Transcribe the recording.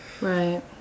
Right